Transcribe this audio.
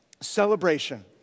Celebration